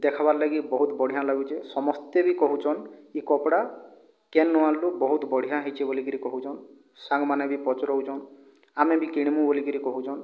ଦେଖ୍ବାର୍ ଲାଗି ବହୁତ ବଢ଼ିଆଁ ଲାଗୁଛେ ସମସ୍ତେ ବି କହୁଛନ୍ ଇ କପଡ଼ା କେନ୍ନୁ ଆଣିଲୁ ବହୁତ ବଢ଼ିଆଁ ହେଇଛେ ବୋଲିକିରି କହୁଛନ୍ ସାଙ୍ଗମାନେ ବି ପଚାରଉଛନ୍ ଆମେ ବି କିଣିବୁ ବୋଲିକିରି କହୁଛନ୍